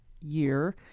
year